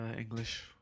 English